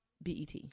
bet